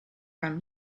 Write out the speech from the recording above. from